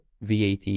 VAT